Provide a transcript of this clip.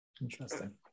Interesting